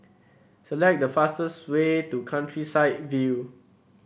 select the fastest way to Countryside View